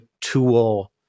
tool